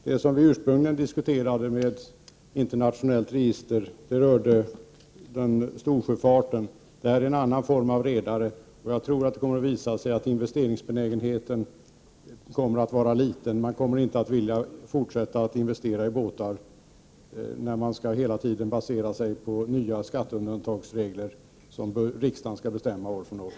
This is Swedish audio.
Det som vi ursprungligen diskuterade när det gällde ett internationellt register rörde storsjöfarten. I detta fall är det fråga om en annan sorts redare. Jag tror att investeringsbenägenheten kommer att visa sig vara liten. Redarna kommer inte att vilja fortsätta att investera i båtar när de hela tiden skall basera sin verksamhet på nya skatteundantagsregler som riksdagen skall fatta beslut om år från år.